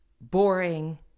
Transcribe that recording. boring